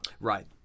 Right